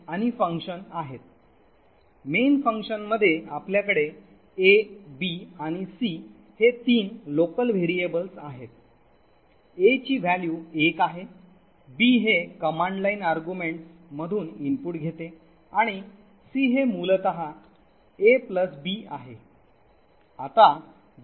main function मध्ये आपल्याकडे a b आणि c हे तीन लोकल व्हेरिएबल्स आहेत a ची व्हॅल्यू 1 आहे b हे कमांड लाइन अर्ग्युमेंट्स मधुन इनपुट घेते आणि c हे मूलत a b आहे